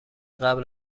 قبل